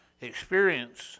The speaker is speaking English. experience